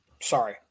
Sorry